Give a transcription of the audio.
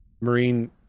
marine